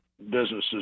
businesses